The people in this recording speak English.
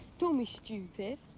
don't be stupid.